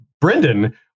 Brendan